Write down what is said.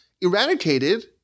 eradicated